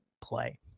play